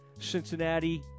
Cincinnati